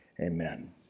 Amen